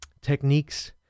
techniques